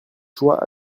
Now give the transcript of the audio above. joie